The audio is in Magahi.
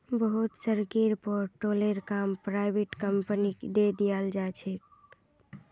बहुत सड़केर पर टोलेर काम पराइविट कंपनिक दे दियाल जा छे